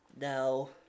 No